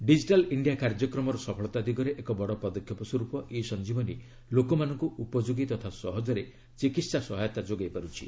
digital India କାର୍ଯ୍ୟକ୍ରମର ସଫଳତା ଦିଗରେ ଏକ ବଡ଼ ପଦକ୍ଷେପ ସ୍ୱର୍ପ ଇ ସଞ୍ଜିବନୀ ଲୋକମାନଙ୍କୁ ଉପଯୋଗୀ ତଥା ସହଜରେ ଚିକିତ୍ସା ସହାୟତା ଯୋଗାଇ ପାର୍ଚ୍ଛି